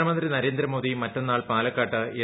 പ്രധാനമ്പ്രി നരേന്ദ്രമോദി മറ്റെന്നാൾ പാലക്കാട് എൻ